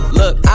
look